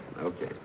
Okay